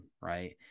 right